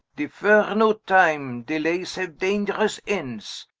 deferre no time, delayes haue dangerous ends,